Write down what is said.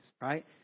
right